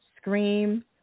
Scream